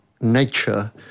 nature